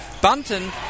Bunton